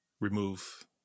remove